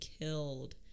killed